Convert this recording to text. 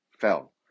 fell